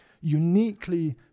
uniquely